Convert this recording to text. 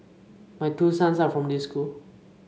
my two sons are from this school